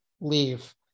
leave